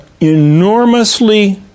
enormously